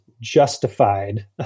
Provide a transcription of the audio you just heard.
justified